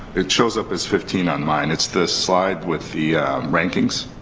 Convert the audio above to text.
it shows up as fifteen on mine. it's this slide with the rankings.